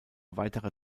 weiterer